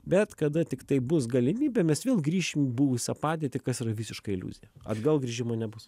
bet kada tiktai bus galimybė mes vėl grįšim į buvusią padėtį kas yra visiška iliuzija atgal grįžimo nebus